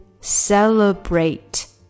celebrate